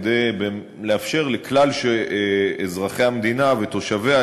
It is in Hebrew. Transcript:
כדי לאפשר לכלל אזרחי המדינה ותושביה